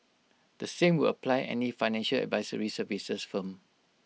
the same will apply any financial advisory services firm